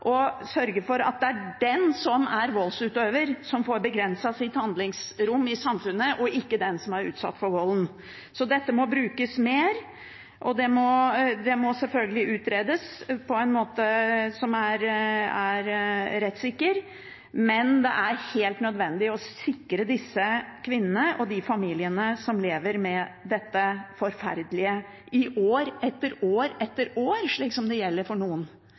og sørge for at det er den som er voldsutøver, som får begrenset sitt handlingsrom i samfunnet, og ikke den som er utsatt for volden. Dette må brukes mer, og det må selvfølgelig utredes slik at det er rettssikkert, men det er helt nødvendig å sikre disse kvinnene og de familiene som lever med dette forferdelige – i år etter år etter år, slik det er for noen.